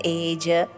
age